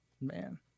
Man